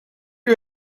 you